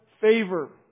favor